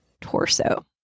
torso